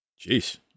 Jeez